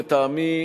לטעמי,